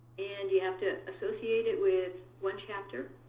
and you have to associate it with one chapter.